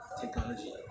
technology